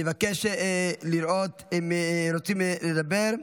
אני מבקש לראות אם רוצים לדבר.